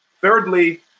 Thirdly